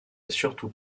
surtout